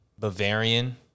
Bavarian